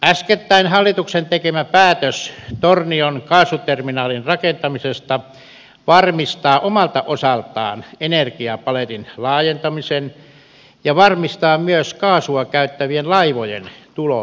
äskettäin hallituksen tekemä päätös tornion kaasuterminaalin rakentamisesta varmistaa omalta osaltaan energiapaletin laajentamisen ja varmistaa myös kaasua käyttävien laivojen tulon perämerenkaarelle